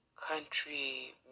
Country